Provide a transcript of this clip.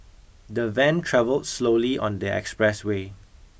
the van travelled slowly on the expressway